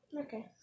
Okay